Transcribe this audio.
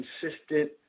consistent